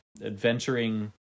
adventuring